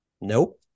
Nope